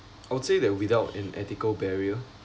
I would say that without an ethical barrier